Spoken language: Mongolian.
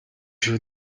шүү